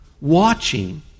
watching